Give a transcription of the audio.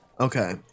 Okay